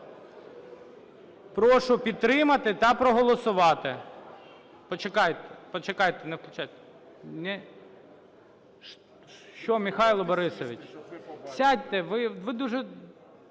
Прошу підтримати та проголосувати. Почекайте… почекайте, не включайте. Що, Михайле Борисовичу? Сядьте, ви дуже…